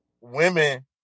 women